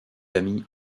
amies